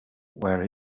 where